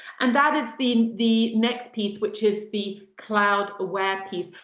and that is the the next piece, which is the cloud-aware piece.